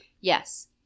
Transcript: yes